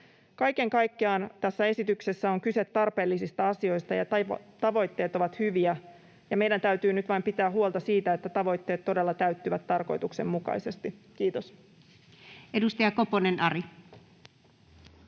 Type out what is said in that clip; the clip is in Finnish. Kaiken kaikkiaan tässä esityksessä on kyse tarpeellisista asioista ja tavoitteet ovat hyviä, ja meidän täytyy nyt vain pitää huolta siitä, että tavoitteet todella täyttyvät tarkoituksenmukaisesti. — Kiitos. [Speech 7] Speaker: